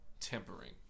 Tempering